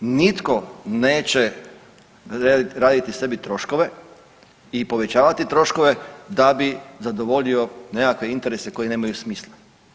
Nitko neće raditi sebi troškove i povećavati troškove da bi zadovoljio nekakve interese koji nemaju smisla.